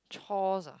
chores ah